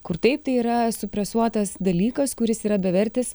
kur taip tai yra supresuotas dalykas kuris yra bevertis